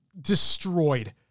destroyed